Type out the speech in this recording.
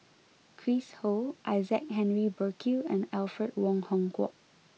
Chris Ho Isaac Henry Burkill and Alfred Wong Hong Kwok